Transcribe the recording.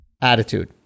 attitude